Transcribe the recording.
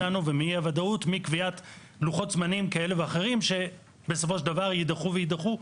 ומאי-הוודאות בקביעת לוחות זמנים כאלה ואחרים שבסופו של דבר ידחו וידחו,